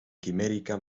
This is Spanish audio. quimérica